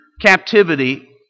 captivity